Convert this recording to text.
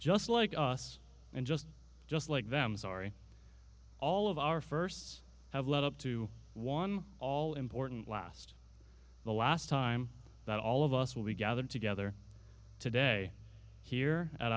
just like us and just just like them sorry all of our first have led up to one all important last the last time that all of us will be gathered together today here at